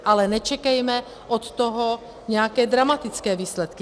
Ale nečekejme od toho nějaké dramatické výsledky.